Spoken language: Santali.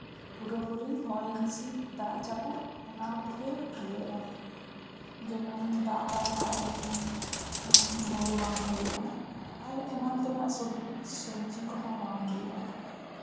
ᱯᱩᱨᱟᱹᱼᱯᱩᱨᱤ ᱦᱚᱭ ᱦᱤᱸᱥᱤᱫ ᱫᱟᱜ ᱡᱟᱹᱯᱩᱫ ᱚᱱᱟ ᱛᱮᱜᱮ ᱦᱩᱭᱩᱜᱼᱟ ᱡᱮᱢᱚᱱ ᱫᱟᱜ ᱵᱟᱭ ᱫᱟᱜ ᱞᱮᱠᱷᱟᱱ ᱦᱳᱲᱳ ᱵᱟᱝ ᱦᱩᱭᱩᱜᱼᱟ ᱟᱨᱚ ᱮᱢᱟᱱ ᱛᱮᱭᱟᱜ ᱥᱚᱵᱡᱤ ᱠᱚᱦᱚᱸ ᱵᱟᱝ ᱦᱩᱭᱩᱜᱼᱟ